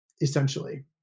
essentially